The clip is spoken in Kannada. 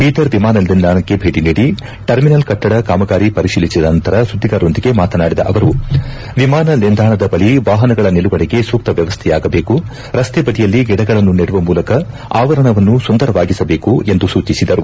ಬೀದರ್ ವಿಮಾನ ನಿಲ್ದಾಣಕ್ಕೆ ಭೇಟಿ ನೀಡಿ ಟರ್ಮಿನಲ್ ಕಟ್ಟಡ ಕಾಮಗಾರಿ ಪರಿತೀಲಿಸಿದ ನಂತರ ಸುದ್ದಿಗಾರರೊಂದಿಗೆ ಮಾತನಾಡಿದ ಅವರು ವಿಮಾನ ನಿಲ್ದಾಣದ ಬಳಿ ವಾಹನಗಳ ನಿಲುಗಡೆಗೆ ಸೂಕ್ತ ವ್ಯವಸ್ಥೆಯಾಗದೇಕು ರಸ್ತೆಬದಿಯಲ್ಲಿ ಗಿಡಗಳನ್ನು ನೆಡುವ ಮೂಲಕ ಆವರಣವನ್ನು ಸುಂದರವಾಗಿರಿಸಬೇಕು ಎಂದು ಸೂಚಿಸಿದರು